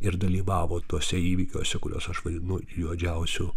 ir dalyvavo tuose įvykiuose kuriuos aš vadinu juodžiausiu